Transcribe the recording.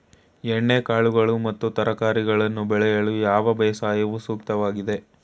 ಎಣ್ಣೆಕಾಳುಗಳು ಮತ್ತು ತರಕಾರಿಗಳನ್ನು ಬೆಳೆಯಲು ಯಾವ ಬೇಸಾಯವು ಸೂಕ್ತವಾಗಿದೆ?